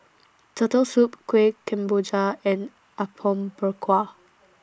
Turtle Soup Kueh Kemboja and Apom Berkuah